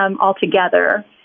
altogether